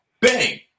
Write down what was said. Bang